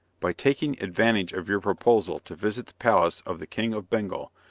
by taking advantage of your proposal to visit the palace of the king of bengal,